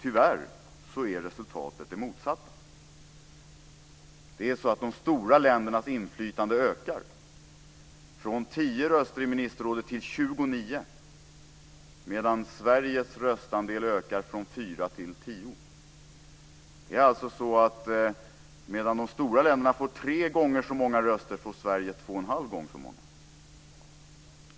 Tyvärr är resultatet det motsatta. De stora ländernas inflytande ökar från 10 röster i ministerrådet till 29, medan Sveriges röstandel ökar från 4 till 10. Medan de stora länderna får tre gånger så många röster får Sverige två och en halv gånger så många.